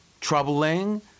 troubling